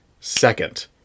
second